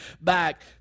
back